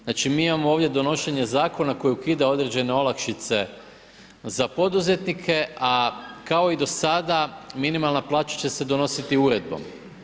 Znači mi imamo ovdje donošenje zakona koji ukida određene olakšice za poduzetnike, a kao i do sada minimalna plaća će se donositi uredbom.